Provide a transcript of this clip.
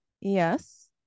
yes